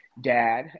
dad